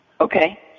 Okay